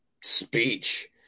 speech